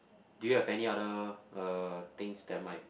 do you have any other uh things that might